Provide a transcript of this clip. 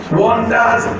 wonders